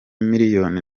miliyoni